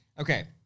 Okay